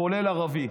כולל ערבי,